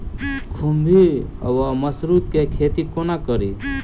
खुम्भी वा मसरू केँ खेती कोना कड़ी?